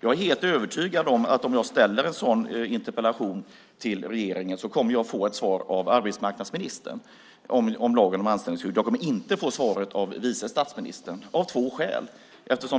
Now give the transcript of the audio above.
Jag är helt övertygad om att om jag ställer en interpellation till regeringen om lagen om anställningsskydd kommer jag att få svaret av arbetsmarknadsministern inte av vice statsministern. Det finns två skäl till det.